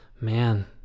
man